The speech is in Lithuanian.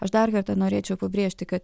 aš dar kartą norėčiau pabrėžti kad